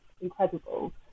incredible